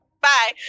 Bye